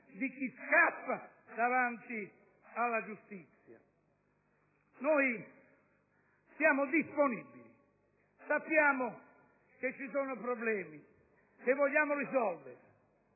di chi scappa davanti alla giustizia! Siamo disponibili, sappiamo che ci sono dei problemi e li vogliamo risolvere: